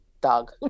Dog